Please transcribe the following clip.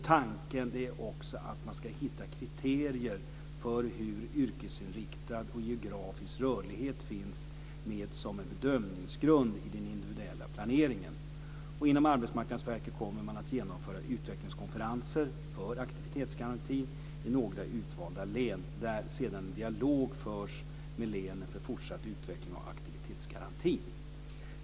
Tanken är också att man ska hitta kriterier för hur yrkesinriktad och geografisk rörlighet finns med som en bedömningsgrund i den individuella planeringen. Inom Arbetsmarknadsverket kommer man att genomföra utvecklingskonferenser för aktivitetsgarantin i några utvalda län. Där förs sedan en dialog med länen för fortsatt utveckling av aktivitetsgarantin.